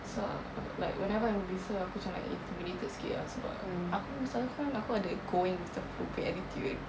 so like whenever I'm with her aku macam like intimidated sikit ah sebab aku selalu kan aku ada going with the flow punya attitude